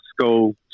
school